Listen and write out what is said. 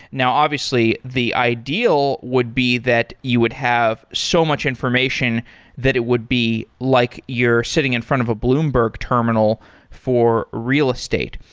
now, obviously, the ideal would be that you would have so much information that it would be like you're sitting in front of a bloomberg terminal for real estate,